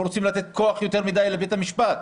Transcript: לא רוצים לתת יותר מדי כוח לבית המשפט.